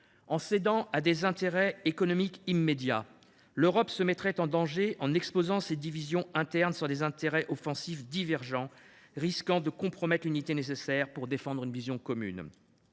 En cédant à des intérêts économiques immédiats, l’Europe se mettrait en danger, en exposant ses divisions internes sur des intérêts offensifs divergents, risquant de compromettre l’unité nécessaire pour défendre une vision commune.